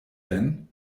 denn